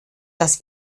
dass